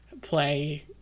play